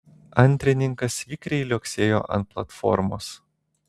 antrininkas vikriai liuoktelėjo ant platformos